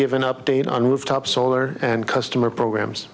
give an update on with top solar and customer programs